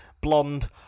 blonde